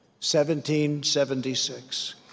1776